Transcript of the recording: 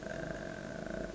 uh